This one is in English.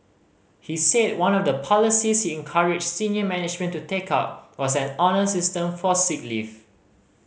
he said one of the policies he encouraged senior management to take up was an honour system for sick leave